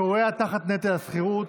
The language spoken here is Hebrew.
כורע תחת נטל השכירות,